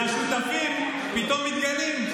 והשותפים פתאום מתגלים.